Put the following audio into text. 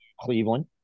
Cleveland